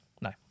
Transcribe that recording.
No